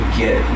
get